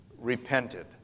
repented